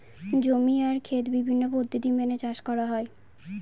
জমি আর খেত বিভিন্ন পদ্ধতি মেনে চাষ করা হয়